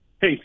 Hey